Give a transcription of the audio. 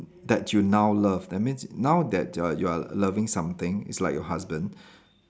that you now love that means now that uh you are loving something it's like your husband